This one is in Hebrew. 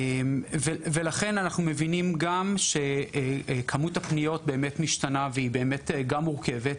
אנחנו גם מבינים שכמות הפניות משתנה ושהיא באמת מורכבת,